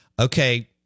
Okay